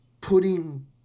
putting